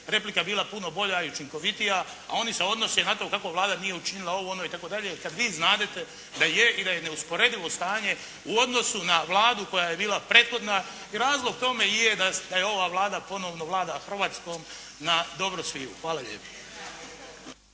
replika bila puno bolja i učinkovitija, a oni se odnose na to kako Vlada nije učinila ovo, ono itd. i kad vi znadete da je i da je neusporedivo stanje u odnosu na Vladu koja je bila prethodna razlog tome i je da ova Vlada vlada Hrvatskom na dobro sviju. Hvala lijepo.